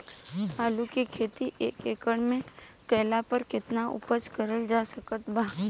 आलू के खेती एक एकड़ मे कैला पर केतना उपज कराल जा सकत बा?